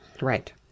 Right